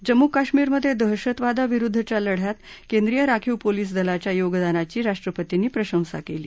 जम्मू कश्मीरमधे दहशतवाद विरुद्दच्या लढ्यात केंद्रीय राखीव पोलीस दलाच्या योगदानाची राष्ट्रपतींनी प्रशंसा केली